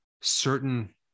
certain